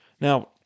Now